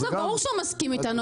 עזוב, ברור שהוא מסכים איתנו.